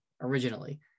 originally